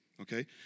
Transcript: Okay